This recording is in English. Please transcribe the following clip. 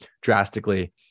drastically